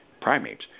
primates